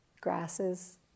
grasses